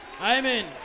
Amen